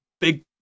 big